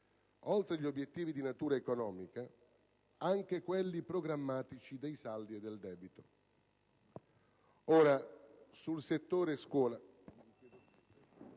oltre agli obiettivi di natura economica, anche quelli programmatici dei saldi e del debito.